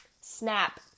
snap